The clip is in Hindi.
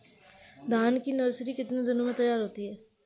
धान की नर्सरी कितने दिनों में तैयार होती है?